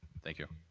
thank you.